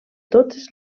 totes